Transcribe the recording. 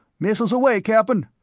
missiles away, cap'n.